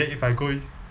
then if I go